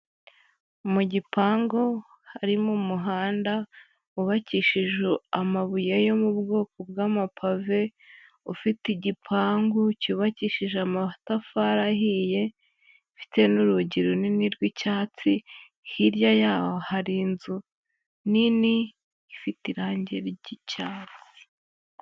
Mu gipangu, harimo umuhanda wubakishije amabuye yo mu bwoko bw'amapave, ufite igipangu cyubakishije amatafari ahiye, Ifite n'urugi runini rw'icyatsi, hirya yaho hari inzu nini ifite irangi ry'icyatsi.